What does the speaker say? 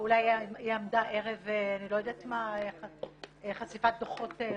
אולי היא עמדה ערב חשיפת דוחות רבעוניים.